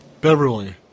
Beverly